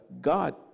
God